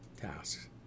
tasks